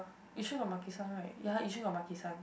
Yishun got Maki-san right ya Yishun got maki-san